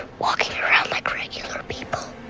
walking around like regular people.